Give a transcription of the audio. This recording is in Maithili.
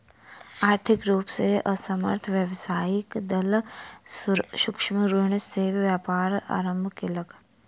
आर्थिक रूप से असमर्थ व्यवसायी दल सूक्ष्म ऋण से व्यापारक आरम्भ केलक